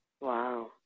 Wow